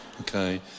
Okay